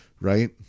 right